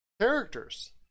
characters